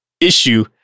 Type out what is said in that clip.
issue